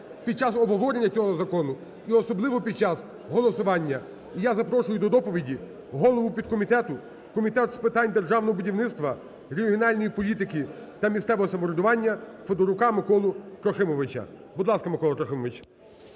під час обговорення цього закону і особливо під час голосування. І я запрошую до доповіді голову підкомітету Комітету з питань державного будівництва регіональної політики та місцевого самоврядування Федорука Миколу Трохимовича. Будь ласка, Микола Трохимович.